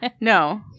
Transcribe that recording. no